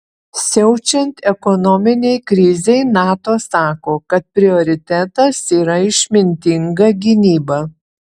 siaučiant ekonominei krizei nato sako kad prioritetas yra išmintinga gynyba